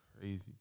Crazy